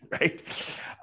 Right